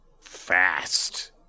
fast